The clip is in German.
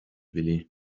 willi